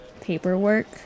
paperwork